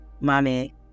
mommy